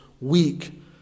weak